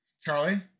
Charlie